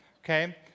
Okay